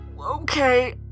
Okay